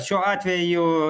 šiuo atveju